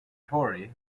tori